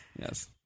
Yes